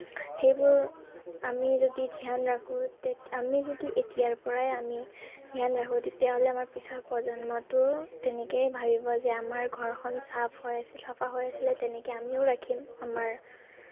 সেইবোৰ আমি যদি ধ্যান ৰাখোঁ তে আমি যদি এতিয়াৰ পৰাই আমি ধ্যান ৰাখোঁ তেতিয়াহ'লে আমাৰ পিছৰ প্ৰজন্মটোৰ তেনেকেই ভাবিব যে আমাৰ ঘৰখন চাফ হয় চাফা হৈ আছিলে তেনেকে আমিও ৰাখিম আমাৰ